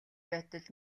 байтал